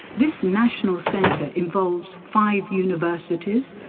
this national centre involves five universities,